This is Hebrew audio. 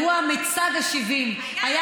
מפני שאת הפכת אותו לאירוע פוליטי.